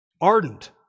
ardent